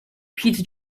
peter